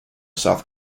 south